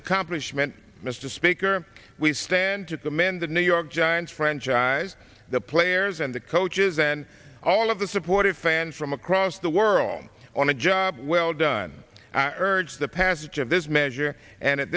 accomplishment mr speaker we stand to commend the new york giants franchise the players and the coaches and all of the support of fans from across the world on a job well done urge the passage of this measure and at